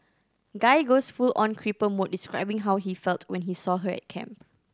guy goes full on creeper mode describing how he felt when he saw her at camp